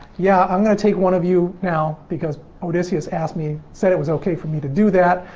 yeah, i'm going to take one of you now because odysseus asked me, said it was okay for me to do that.